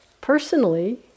Personally